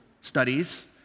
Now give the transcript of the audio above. studies